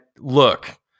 Look